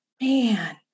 man